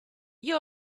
you